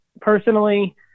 personally